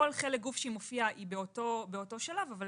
גוף שהיא מופיעה היא באותו שלב, אבל